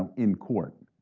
and in court.